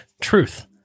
truth